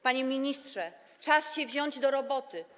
Panie ministrze, czas się wziąć do roboty.